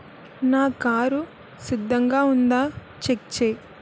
నా కారు సిద్ధంగా ఉందా చెక్ చేయి